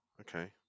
Okay